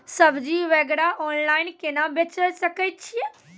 सब्जी वगैरह ऑनलाइन केना बेचे सकय छियै?